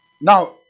Now